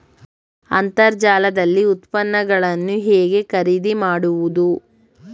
ಅಂತರ್ಜಾಲದಲ್ಲಿ ಉತ್ಪನ್ನಗಳನ್ನು ಹೇಗೆ ಖರೀದಿ ಮಾಡುವುದು?